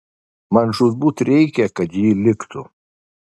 man žūtbūt reikia kad ji liktų